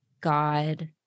God